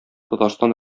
татарстан